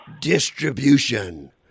distribution